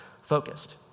focused